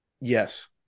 yes